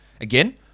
Again